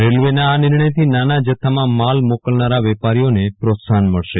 રેલ્વના આ નિર્ણયથો નાના જથ્થા માં માલ મોકલનારા વેપારીઓને પ્રોત્સાહન મળશે